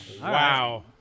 Wow